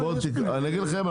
אני אגיד לכם,